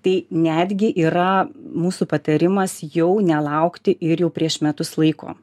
tai netgi yra mūsų patarimas jau nelaukti ir jau prieš metus laiko